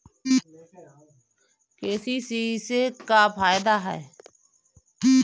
KCC से का फायदा ह?